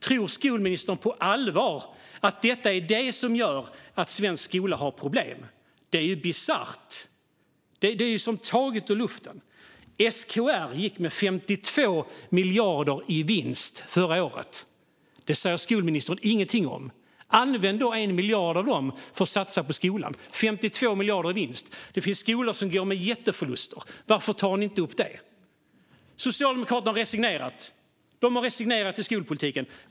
Tror skolministern på allvar att det är det här som gör att svensk skola har problem? Det är bisarrt. Det är taget ut luften. SKR gick med 52 miljarder i vinst förra året. Det säger skolministern ingenting om. Använd då 1 miljard av dessa 52 miljarder i vinst för att satsa på skolan! Det finns skolor som går med jätteförluster. Varför tar ni inte upp det? Socialdemokraterna har resignerat i skolpolitiken.